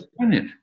planet